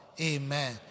Amen